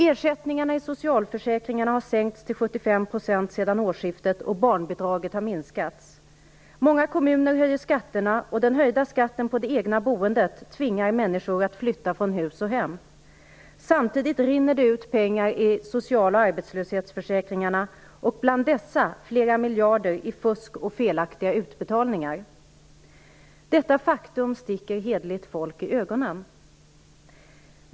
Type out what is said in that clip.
Ersättningarna i socialförsäkringarna har sänkts till 75 % sedan årsskiftet och barnbidraget har minskats. Många kommuner höjer skatterna och den höjda skatten på det egna boendet tvingar människor att flytta från hus och hem. Samtidigt rinner det ut pengar i social och arbetslöshetsförsäkringarna, och bland dessa går flera miljarder till fusk och felaktiga utbetalningar. Detta faktum sticker hederligt folk i ögonen.